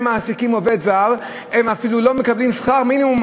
אלה שמעסיקים עובד זר אפילו לא מקבלים שכר מינימום,